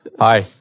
Hi